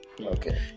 Okay